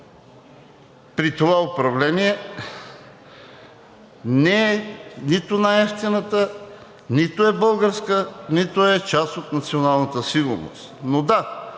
при това управление, не е нито най-евтината, нито е българска, нито е част от националната сигурност. Но да,